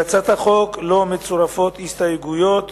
להצעת החוק לא מצורפות הסתייגויות.